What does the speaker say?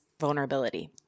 vulnerability